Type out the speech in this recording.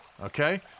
okay